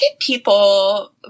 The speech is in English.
people